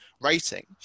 rating